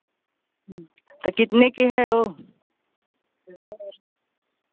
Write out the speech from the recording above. तो कितने की है वह